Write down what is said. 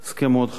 הסכם מאוד חשוב,